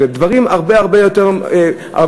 אלה דברים הרבה יותר עמוקים.